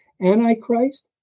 Antichrist